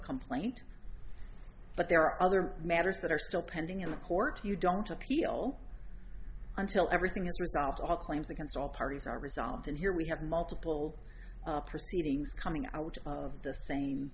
complaint but there are other matters that are still pending in the court you don't appeal until everything is resolved all claims against all parties are resolved and here we have multiple proceedings coming out of the same